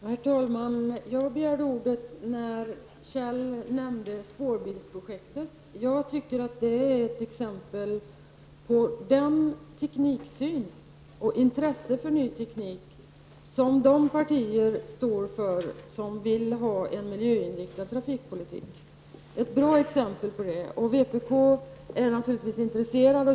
Herr talman! Jag begärde ordet när Kjell Dahlström nämnde spårbilsprojektet. Jag tycker att det är ett exempel på den tekniksyn och det intresse för ny teknik som de partier står för som vill ha en miljöinriktad trafikpolitik. Det är ett bra exempel på det. Vänsterpartiet är naturligtvis intresserat.